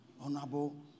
Honorable